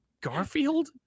garfield